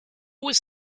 was